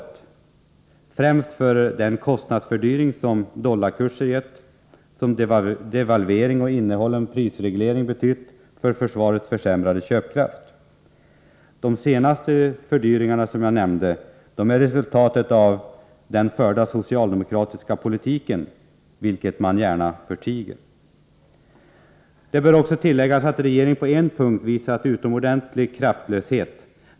Det gäller främst kompensation för den kostnadsfördyring som dollarkursen, devalvering, innehållen prisreglering m.m. har gett och som har betytt att försvaret fått försämrad köpkraft. De två senaste orsakerna till fördyringen är resultatet av den förda socialdemokratiska politiken, vilket man gärna förtiger. Det bör också tilläggas att regeringen på en punkt visat utomordentlig kraftlöshet.